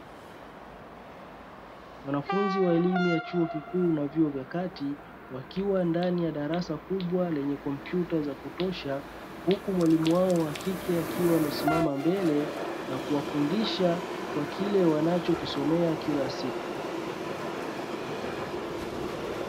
Wanafunzi wa elimu ya chuo kikuu na vyuo vya kati, wakiwa ndani ya darasa kubwa lenye kompyuta za kutosha, huku mwalimu wao wa kike akiwa amesimama mbele na kuwafundisha kwa kile wanachokisomea kila siku.